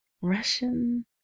Russian